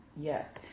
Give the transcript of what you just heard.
Yes